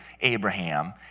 Abraham